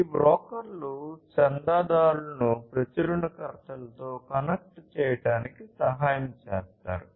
ఈ బ్రోకర్లు చందాదారులను కనెక్ట్ చేయడానికి సహాయం చేస్తారు